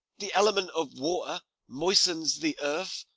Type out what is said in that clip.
the element of water moistens the earth,